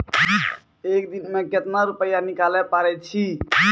एक दिन मे केतना रुपैया निकाले पारै छी?